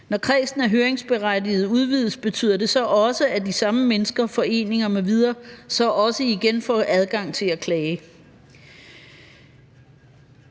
Når kredsen af høringsberettigede udvides, betyder det så også, at de samme mennesker, foreninger m.v. så igen får adgang til at klage?